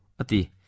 Ati